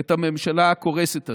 את הממשלה הקורסת הזו.